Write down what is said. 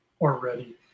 already